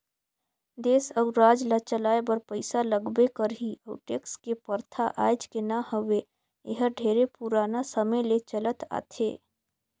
देस अउ राज ल चलाए बर पइसा लगबे करही अउ टेक्स के परथा आयज के न हवे एहर ढेरे पुराना समे ले चलत आथे